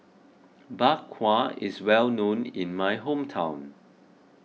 Bak Kwa is well known in my hometown